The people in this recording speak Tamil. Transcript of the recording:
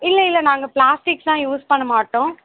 இல்லை இல்லை நாங்கள் ப்ளாஸ்டிக்ஸுலாம் யூஸ் பண்ண மாட்டோம்